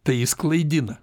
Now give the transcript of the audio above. tai jis klaidina